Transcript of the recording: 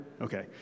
Okay